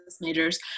majors